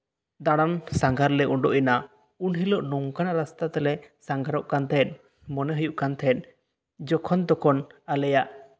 ᱫᱟᱬᱟᱱ ᱥᱟᱸᱜᱷᱟᱨ ᱞᱮ ᱩᱰᱩᱠ ᱮᱱᱟ ᱩᱱ ᱦᱤᱞᱳᱜ ᱱᱚᱝᱠᱟᱱᱟᱜ ᱨᱟᱥᱛᱟ ᱛᱮᱞᱮ ᱥᱟᱸᱜᱷᱟᱨᱚᱜ ᱠᱟᱱ ᱛᱟᱦᱮᱸᱫ ᱢᱚᱱᱮ ᱦᱩᱭᱩᱜ ᱠᱟᱱ ᱛᱟᱦᱮᱸᱫ ᱡᱚᱠᱷᱚᱱᱼᱛᱚᱠᱷᱚᱱ ᱟᱞᱮᱭᱟᱜ